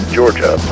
Georgia